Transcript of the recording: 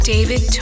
David